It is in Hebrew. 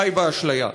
חי באשליה.